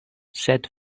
sed